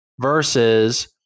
versus